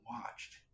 watched